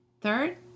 Third